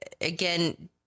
again